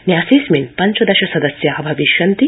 न्यासेऽस्मिन् पञ्चदश सदस्या भविष्यन्ति